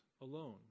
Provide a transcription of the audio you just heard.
alone